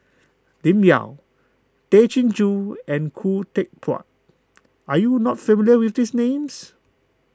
Lim Yau Tay Chin Joo and Khoo Teck Puat are you not familiar with these names